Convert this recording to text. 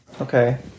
okay